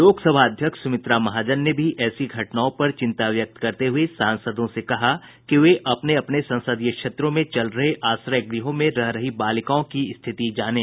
लोकसभा अध्यक्ष सुमित्रा महाजन ने भी ऐसी घटनाओं पर चिन्ता व्यक्त करते हुए सांसदों से कहा कि वे अपने अपने संसदीय क्षेत्रों में चल रहे आश्रय गृहों में रह रही बालिकाओं की स्थिति जानें